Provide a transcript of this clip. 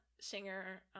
singer